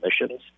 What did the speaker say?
emissions